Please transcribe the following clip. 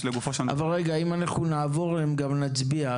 אם נעבור על זה, גם נצביע.